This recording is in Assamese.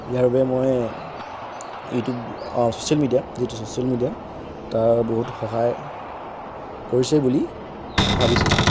ইয়াৰ বাবে মই এইটো ছ'চিয়েল মিডিয়া যিটো ছ'চিয়েল মিডিয়াত বহুত সহায় কৰিছে বুলি ভাবিছোঁ